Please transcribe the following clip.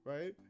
Right